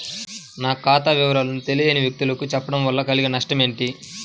నా ఖాతా వివరాలను తెలియని వ్యక్తులకు చెప్పడం వల్ల కలిగే నష్టమేంటి?